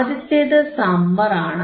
ആദ്യത്തേത് സമ്മർ ആണ്